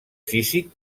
físic